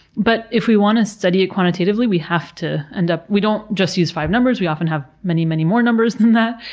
but if we want to study it quantitatively we have to end up, we don't just use five numbers, we often have many, many more numbers than that,